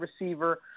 receiver